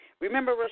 Remember